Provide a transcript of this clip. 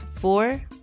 Four